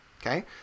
Okay